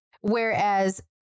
Whereas